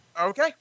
Okay